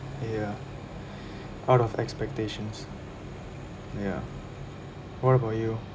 ya out of expectations ya what about you